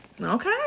Okay